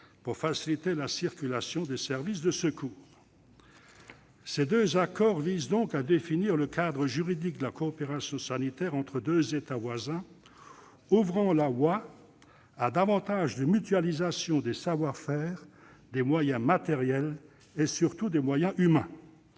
pour faciliter la circulation des services de secours. Ces deux accords visent donc à définir le cadre juridique de la coopération sanitaire entre deux États voisins, ouvrant la voie à davantage de mutualisation des savoir-faire, des moyens matériels et, surtout, des moyens humains.